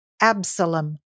Absalom